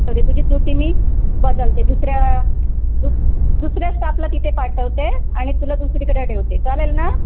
तरी तुझी डूटी मी बदलते दुसऱ्या दुस दुसऱ्या स्टापला तिथे पाठवते आणि तुला दुसरीकडे ठेवते चालेल ना